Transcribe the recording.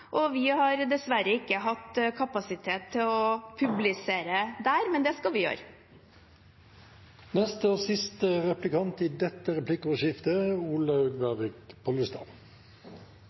og vi har dessverre ikke hatt kapasitet til å publisere der. Men det skal vi gjøre.